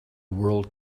world